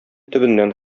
төбеннән